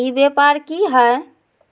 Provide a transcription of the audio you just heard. ई व्यापार की हाय?